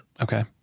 Okay